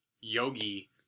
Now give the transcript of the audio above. Yogi